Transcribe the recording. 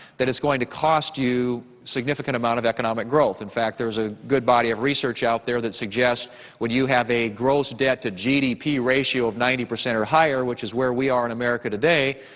that it's going to cost you a significant amount of economic growth. in fact, there is a good body of research out there that suggests when you have a gross debt to g d p. ratio of ninety percent or higher which is where we are in america today,